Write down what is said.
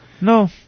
no